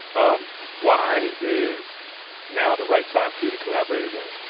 um why is now the right time for you to collaborate again?